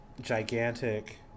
Gigantic